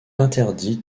interdit